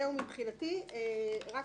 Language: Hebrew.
מבחינתו, זהו.